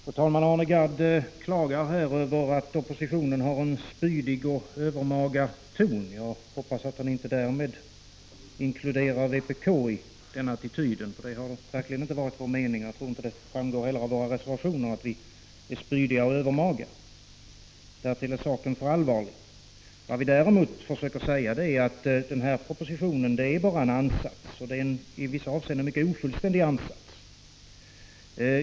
Fru talman! Arne Gadd klagar här över att oppositionen har en spydig och övermaga ton. Jag hoppas att han inte inkluderar vpk i den attityden. Det har verkligen inte varit vår mening — och jag tror inte heller att det framgår av våra reservationer — att vara spydiga och övermaga. Därtill är saken för allvarlig. Vad vi däremot försöker säga är att den här propositionen bara är en ansats, en i vissa avseenden mycket ofullständig ansats.